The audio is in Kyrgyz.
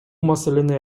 маселени